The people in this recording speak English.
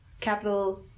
capital